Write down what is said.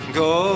go